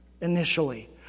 initially